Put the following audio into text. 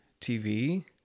TV